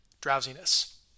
drowsiness